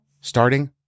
starting